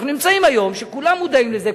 אנחנו נמצאים היום כולם מודעים לזה,